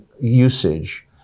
usage